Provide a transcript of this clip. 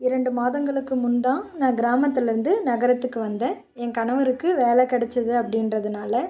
இரண்டு மாதங்களுக்கு முன் தான் நான் கிராமத்துலேருந்து நகரத்துக்கு வந்தேன் என் கணவருக்கு வேலை கெடைச்சிது அப்படின்றதுனால